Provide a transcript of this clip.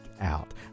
out